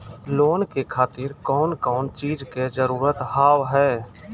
Loan के खातिर कौन कौन चीज के जरूरत हाव है?